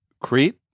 Crete